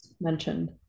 mentioned